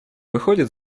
выходит